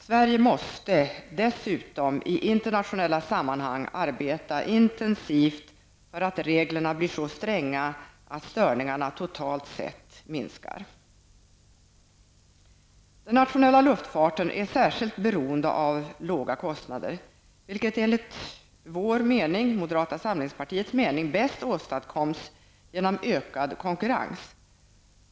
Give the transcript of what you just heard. Sverige måste emellertid dessutom i internationella sammanhang arbeta intensivt för att reglerna skall bli så stränga att störningarna totalt sett minskar. Den nationella luftfarten är särskilt beroende av låga kostnader, vilket enligt vår, moderata samlingspartiets, mening bäst åstadkoms genom ökad konkurrens.